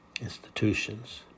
institutions